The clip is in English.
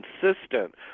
consistent